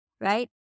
right